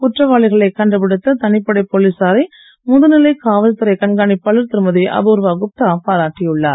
குற்றவாளிகளைக் கண்டுபிடித்த தனிப்படை போலீசாரை முதுநிலை காவல்துறை கண்காணிப்பாளர் திருமதி அபூர்வா குப்தா பாராட்டியுள்ளார்